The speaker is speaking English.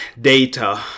data